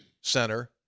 center